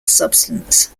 substance